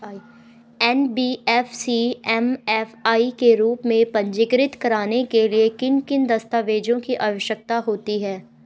NBFC MFI के रूप में पंजीकृत कराने के लिए किन किन दस्तावेज़ों की आवश्यकता होती है?